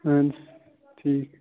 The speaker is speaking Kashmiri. اہن حظ ٹھیٖک